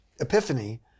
epiphany